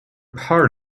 part